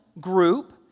group